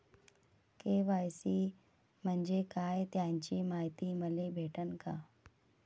KYC म्हंजे काय त्याची मायती मले भेटन का?